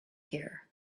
here